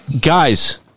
guys